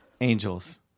Angels